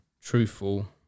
truthful